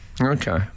Okay